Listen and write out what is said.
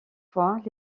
fois